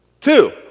Two